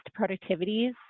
productivities